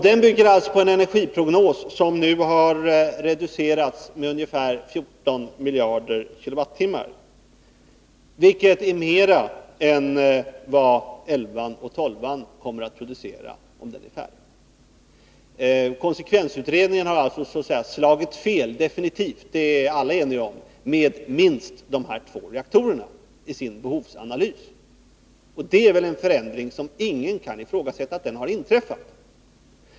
Den bygger på en energiprognos som nu har reducerats med ungefär 14 miljarder kWh, vilket är mer än vad 11:an och 12:an kommer att kunna producera, om de blir färdiga. Konsekvensutredningen har i sin behovsanalys så att säga definitivt slagit fel — det är alla överens om — med minst de här två reaktorerna. Ingen kan väl ifrågasätta att detta är en förändring som verkligen har inträffat.